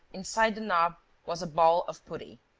inside the knob was a ball of putty.